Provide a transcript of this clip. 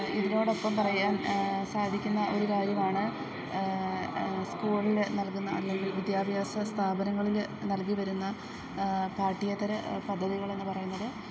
ഇതിനോടൊപ്പം പറയാൻ സാധിക്കുന്ന ഒരു കാര്യമാണ് സ്കൂളിൽ നൽകുന്ന അല്ലെങ്കിൽ വിദ്യാഭ്യാസ സ്ഥാപനങ്ങളിൽ നൽകി വരുന്ന പാഠ്യേതര പദ്ധതികളെന്നു പറയുന്നത്